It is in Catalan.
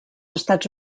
estats